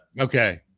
Okay